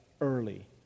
early